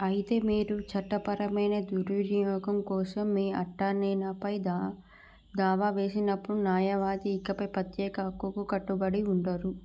అయితే మీరు చట్టపరమైన దుర్వినియోగం కోసం మీ అటార్నీ పై దా దావా వేసినప్పుడు న్యాయవాది ఇకపై ప్రత్యేక హక్కుకు కట్టుబడి ఉండరు